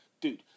Dude